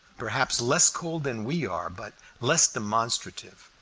perhaps less cold than we are but less demonstrative.